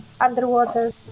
underwater